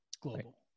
global